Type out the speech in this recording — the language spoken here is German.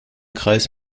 kreis